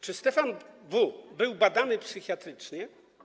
Czy Stefan W. był badany psychiatrycznie?